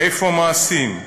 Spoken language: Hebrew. איפה מעשים?